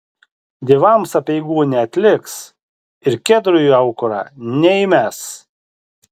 dievams apeigų neatliks ir kedrų į aukurą neįmes